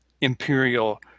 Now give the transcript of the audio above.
Imperial